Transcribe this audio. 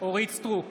נגד בצלאל סמוטריץ'